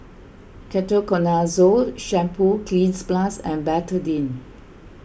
Ketoconazole Shampoo Cleanz Plus and Betadine